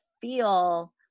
feel